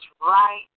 right